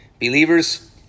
Believers